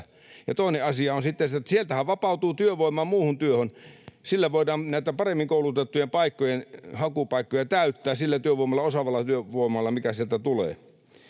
sitten se, että sieltähän vapautuu työvoima muuhun työhön. Sillä voidaan näitä paremmin koulutettujen hakupaikkoja täyttää, sillä työvoimalla, osaavalla työvoimalla, mikä sieltä tulee.